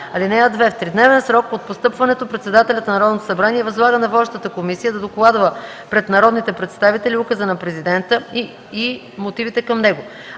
(2) В тридневен срок от постъпването председателят на Народното събрание възлага на водещата комисия да докладва пред народните представители указа на президента и мотивите към него.